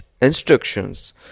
instructions